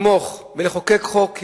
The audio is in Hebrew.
לתמוך ולחוקק חוק,